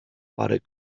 parę